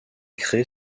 crée